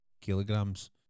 kilograms